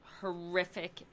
horrific